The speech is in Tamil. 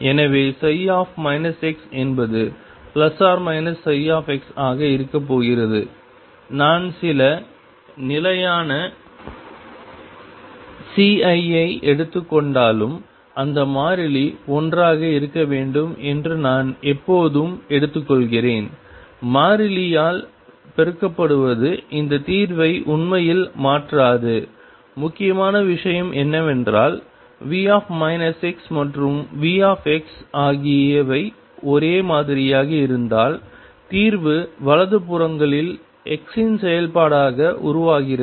எனவே ψ என்பது ±ψ ஆக இருக்கப் போகிறது நான் சில நிலையான CI ஐ எடுத்துக் கொண்டாலும் அந்த மாறிலி ஒன்றாக இருக்க வேண்டும் என்று நான் எப்போதும் எடுத்துக்கொள்கிறேன் மாறிலியால் பெருக்கப்படுவது இந்த தீர்வை உண்மையில் மாற்றாது முக்கியமான விஷயம் என்னவென்றால் V மற்றும் V ஆகியவை ஒரே மாதிரியாக இருந்தால் தீர்வு வலது புறங்களில் x இன் செயல்பாடாக உருவாகிறது